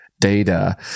data